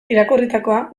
irakurritakoa